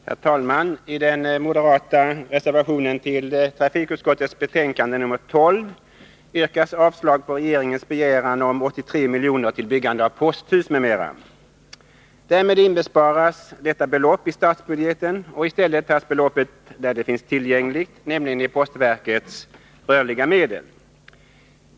Herr talman! I den moderata reservationen till trafikutskottets betänkande nr 12 yrkas avslag på regeringens begäran om 83 milj.kr. till byggande av posthus m.m. Därmed inbesparas detta belopp i statsbudgeten, och i stället tas det där det finns tillgängligt, nämligen i postverkets rörliga medel.